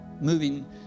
moving